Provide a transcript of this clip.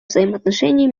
взаимоотношений